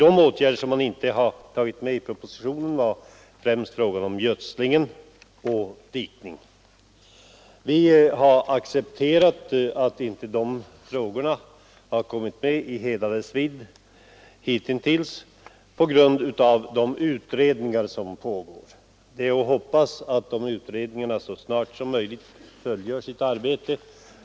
De åtgärder som inte togs med i propositionen var främst gödsling och dikning. Vi har emellertid accepterat att de frågorna hitintills inte har kommit med i hela sin vidd på grund av de utredningar som pågår och hoppas att utredningarna så snart som möjligt slutför sitt arbete.